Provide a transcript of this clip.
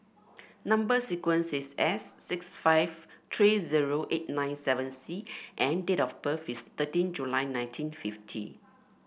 number sequence is S six five three zero eight nine seven C and date of birth is thirteen July nineteen fifty